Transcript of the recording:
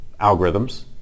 algorithms